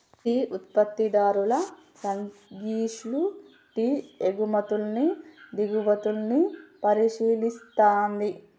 tea ఉత్పత్తిదారుల సంఘాలు tea ఎగుమతుల్ని దిగుమతుల్ని పరిశీలిస్తది